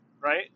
right